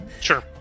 Sure